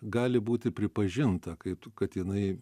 gali būti pripažinta kaip tu kad jinai